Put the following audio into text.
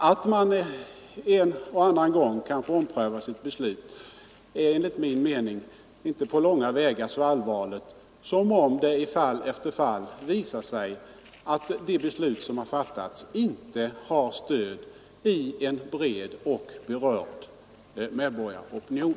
Att man en och annan gång i sista stund omprövar sitt beslut är enligt min mening inte på långa vägar så allvarligt som om det i fall efter fall visar sig att det beslut som fattats inte har stöd i en bred och berörd medborgaropinion.